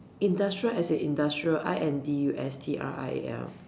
industrial as in industrial I N D U S T R I A L